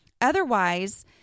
Otherwise